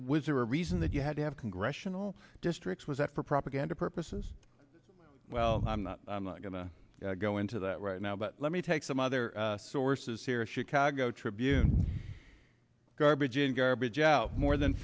was a reason that you had to have congressional districts was that for propaganda purposes well i'm not going to go into that right now but let me take some other sources here chicago tribune garbage in garbage out more than